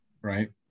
right